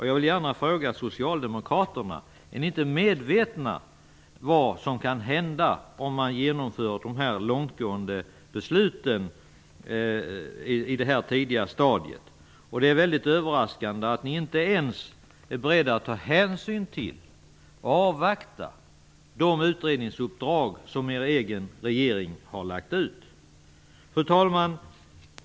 Jag vill gärna fråga socialdemokraterna: Är ni inte medvetna om vad som kan hända om man på det här tidiga stadiet genomför de här långtgående besluten? Det är väldigt överraskande att ni inte ens är beredda att ta hänsyn till och avvakta de utredningsuppdrag som er egen regering har lagt ut. Fru talman!